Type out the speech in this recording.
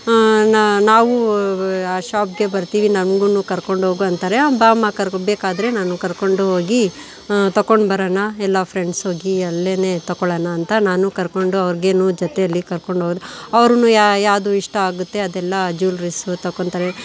ನಾ ನಾವು ಆ ಶಾಪ್ಗೆ ಬರ್ತೀವಿ ನಮಗೂನು ಕರ್ಕೊಂಡೋಗು ಅಂತಾರೆ ಬಾಮ್ಮಾ ಕರ್ಕೊ ಬೇಕಾದ್ರೆ ನಾನು ಕರ್ಕೊಂಡು ಹೋಗಿ ತೊಕೊಂಡು ಬರೋಣ ಎಲ್ಲ ಫ್ರೆಂಡ್ಸ್ ಹೋಗಿ ಅಲ್ಲೇನೇ ತೊಗೊಳ್ಳೋಣ ಅಂತ ನಾನು ಕರ್ಕೊಂಡು ಅವ್ರಿಗೇನೂ ಜೊತೆಯಲ್ಲಿ ಕರ್ಕೊಂಡು ಹೋದೆ ಅವ್ರೂನು ಯಾ ಯಾವುದು ಇಷ್ಟ ಆಗುತ್ತೆ ಅದೆಲ್ಲ ಜ್ಯುಲ್ರಿಸು ತೊಗೋತಾರೆ